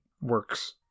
works